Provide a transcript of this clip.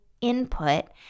input